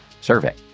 survey